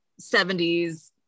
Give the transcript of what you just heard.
70s